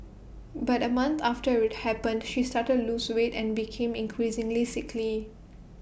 but A month after would happened she started to lose weight and became increasingly sickly